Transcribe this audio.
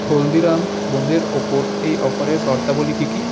হলদিরাম বোঁদের ওপর এই অফারের শর্তাবলী কি কি